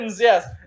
yes